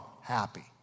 happy